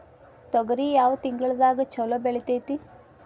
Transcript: ತೊಗರಿ ಯಾವ ತಿಂಗಳದಾಗ ಛಲೋ ಬೆಳಿತೈತಿ?